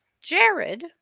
Jared